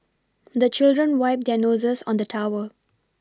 the children wipe their noses on the towel